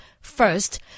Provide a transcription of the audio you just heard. First